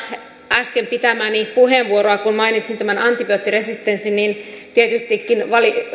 äsken pitämääni puheenvuoroa kun mainitsin tämän antibioottiresistenssin niin tietystikin